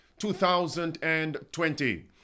2020